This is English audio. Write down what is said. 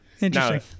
Interesting